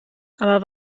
aber